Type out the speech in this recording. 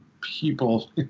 people